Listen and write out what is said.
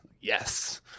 Yes